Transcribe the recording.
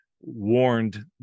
warned